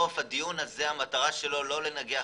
הדיון הזה מטרתו לא ניגוח